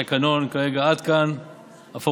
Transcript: זה התקנון כרגע, עד כאן הפורמליסטיקה.